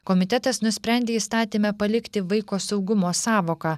komitetas nusprendė įstatyme palikti vaiko saugumo sąvoką